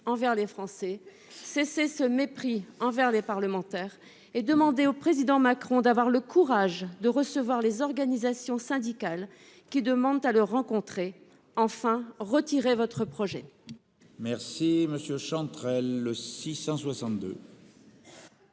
envers les Français ! Cessez ce mépris envers les parlementaires et demandez au président Macron d'avoir le courage de recevoir les organisations syndicales, qui demandent à le rencontrer ! Retirez votre projet